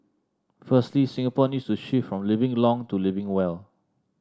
firstly Singapore needs to shift from living long to living well